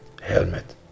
helmet